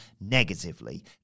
negatively